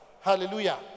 Hallelujah